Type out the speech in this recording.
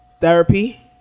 therapy